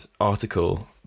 article